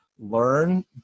learn